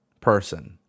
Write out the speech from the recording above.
person